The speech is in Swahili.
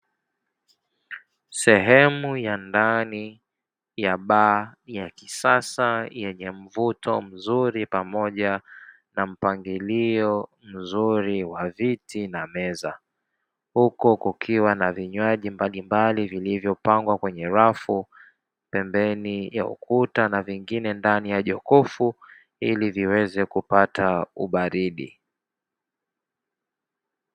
Sehemu ya ndani ya baa ya kisasa yenye mvuto mzuri pamoja na mpangilio mzuri wa viti na meza, huku kukiwa na vinywaji mbalimbali vilivyopangwa kwenye rafu pembeni ya ukuta na vingine ndani ya jokofu ili viweze kupata ubaridi.